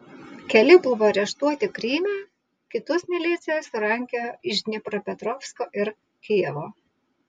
keli buvo areštuoti kryme kitus milicija surankiojo iš dniepropetrovsko ir kijevo